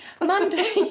Monday